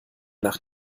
nach